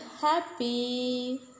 happy